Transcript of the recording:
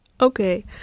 okay